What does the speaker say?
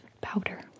powder